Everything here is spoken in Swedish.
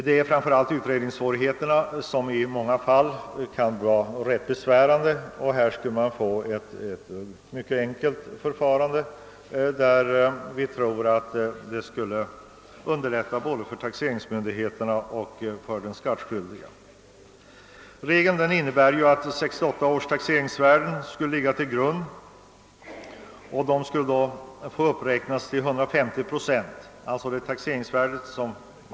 I många fall kan det bli stora utred ningssvårigheter, och med denna regel skulle förfarandet underlättas för både taxeringsmyndigheterna och de skattskyldiga. Regeln innebär att 1968 års taxeringsvärden skall ligga till grund och de skall få uppräknas till 150 procent.